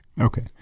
Okay